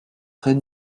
trés